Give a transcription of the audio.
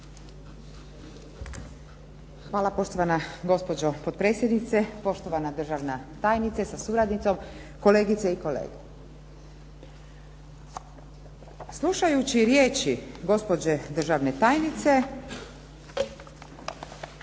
Hvala poštovana gospođo potpredsjednice, poštovana državna tajnice sa suradnicom, kolegice i kolege. Slušajući riječi gospođe državne tajnice